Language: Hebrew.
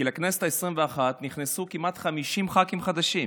כי לכנסת העשרים-ואחת נכנסו כמעט 50 ח"כים חדשים.